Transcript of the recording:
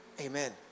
Amen